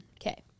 Okay